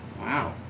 Wow